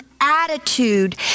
attitude